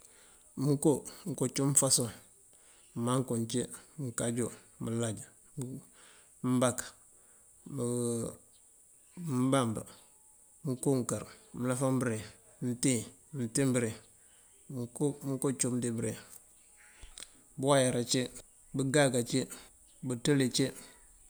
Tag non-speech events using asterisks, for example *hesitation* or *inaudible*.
Mko mko cum ufasoŋ, mankëm ci mkaju, mlaj mbaak *hesitation* mbamb, mkonkar mlofambëreen, mtii mtimbëriŋ, mko mko cum dibëreen, bëwayar ci bëgaag ci bëţëli.